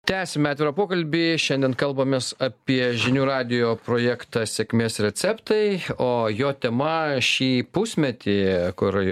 tęsiam atvirą pokalbį šiandien kalbamės apie žinių radijo projektą sėkmės receptai o jo tema šį pusmetį kur